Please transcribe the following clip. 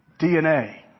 DNA